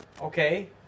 okay